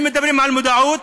אם מדברים על מודעות